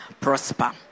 prosper